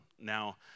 now